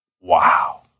Wow